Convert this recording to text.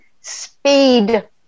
speed